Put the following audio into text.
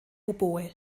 oboe